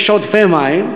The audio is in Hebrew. יש עודפי מים.